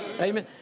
Amen